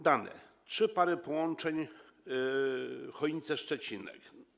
Dane: trzy pary połączeń Chojnice - Szczecinek.